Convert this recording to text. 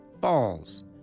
falls